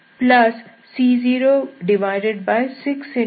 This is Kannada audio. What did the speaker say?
5